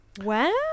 Wow